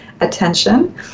attention